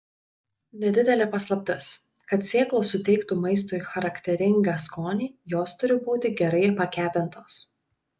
nedidelė paslaptis kad sėklos suteiktų maistui charakteringą skonį jos turi būti gerai pakepintos